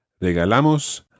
Regalamos